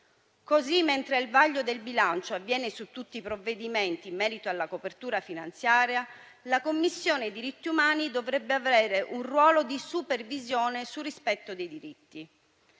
Così come il vaglio del bilancio avviene su tutti i provvedimenti in merito alla copertura finanziaria, la Commissione diritti umani dovrebbe avere un ruolo di supervisione sul rispetto degli